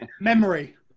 memory